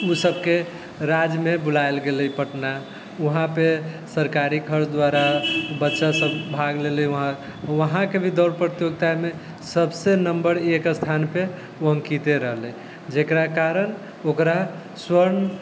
ओसबके राज्यमे बुलाएल गेलै पटना वहाँपर सरकारी खर्च द्वारा बच्चासब भाग लेले वहाँ वहाँके भी दौड़ प्रतियोगितामे सबसँ नम्बर एक स्थानपर ओ अंकिते रहलै जकरा कारण ओकरा स्वर्णके